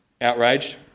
Outraged